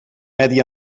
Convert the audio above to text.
medi